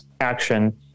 action